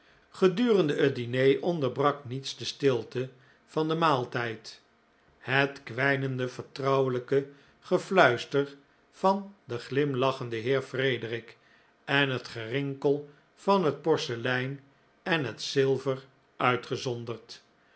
gedurende het diner onderbrak niets de stilte van den maaltijd het kwijnende vertrouwelijke gefluister van den glimlachenden heer frederic en het gerinkel van het porselein en het zilver uitgezonderd